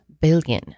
billion